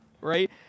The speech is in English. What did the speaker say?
right